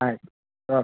ಆಯಿತು ಓಕೆ